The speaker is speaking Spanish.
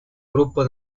grupo